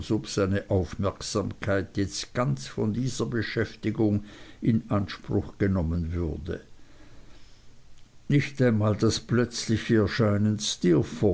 seine aufmerksamkeit jetzt ganz von dieser beschäftigung in anspruch genommen würde nicht einmal das plötzliche erscheinen